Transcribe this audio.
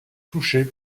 touchées